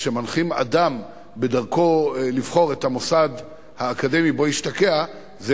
שמנחים אדם בדרכו לבחור את המוסד האקדמי שבו ישתקע זה